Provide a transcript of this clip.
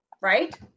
right